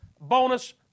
bonus